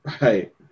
Right